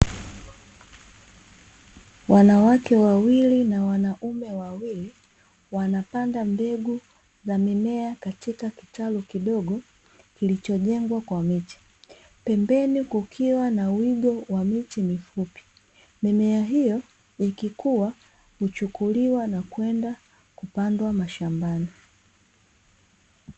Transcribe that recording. Wanawake wawili na wanaume wawili wanapanda mbegu za mimea katika kitalu kidogo kilichojengwa kwa miti. Pembeni kukiwa na wigo wa miti mifupi; mimea hiyo ikikuwa huchukuliwa na kwenda kupandwa mashambani.